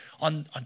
on